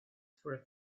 for